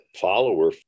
follower